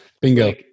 Bingo